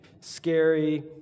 scary